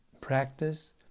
practice